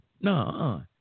No